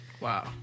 Wow